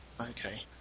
Okay